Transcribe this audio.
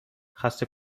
خسته